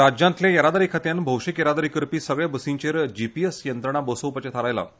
राज्यांतल्या येरादारी खात्यान भोवशीक येरादारी करपी सगळ्यां बसींचेर जीपीएस यंत्रणा बसोवपाचें थारायलां